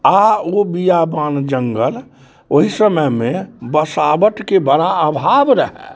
आ ओ बियाबान जंगल ओहि समयमे बसावटके बड़ा अभाव रहै